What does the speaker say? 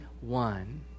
one